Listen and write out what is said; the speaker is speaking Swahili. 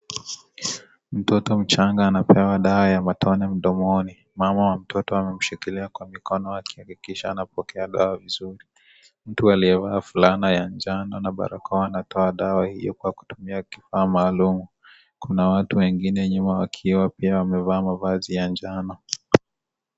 Mtoto mchanga anapewa dawa ya matone mdomoni. Mama wa mtoto amemshikilia kwa mikono akihakikisha anapokea dawa vizuri. Mtu aliyevaa fulana ya njano na barakoa anatoa dawa hiyo kwa kutumia kifaa maalum. Kuna watu wengine nyuma wakiwa pia wamevaa mavazi ya njano.